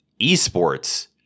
esports